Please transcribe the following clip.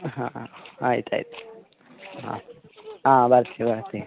ಹಾಂ ಹಾಂ ಆಯ್ತ್ ಆಯ್ತು ಹಾಂ ಹಾಂ ಬರ್ತೀವಿ ಬರ್ತೀವಿ